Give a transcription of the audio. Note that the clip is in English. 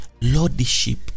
lordship